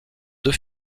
deux